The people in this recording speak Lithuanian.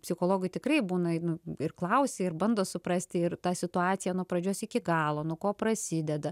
psichologui tikrai būna nu ir klausia ir bando suprasti ir ta situacija nuo pradžios iki galo nuo ko prasideda